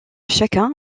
chacun